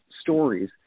stories